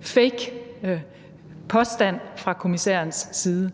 fake påstand fra kommissærens side?